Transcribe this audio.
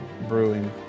brewing